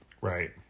Right